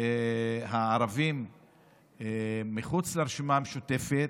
הערבים מחוץ לרשימה המשותפת,